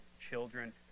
children